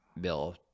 bill